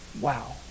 Wow